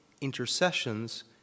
intercessions